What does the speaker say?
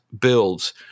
builds